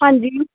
ਹਾਂਜੀ